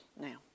now